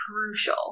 crucial